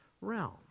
realm